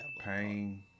Pain